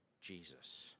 Jesus